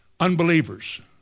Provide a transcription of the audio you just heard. unbelievers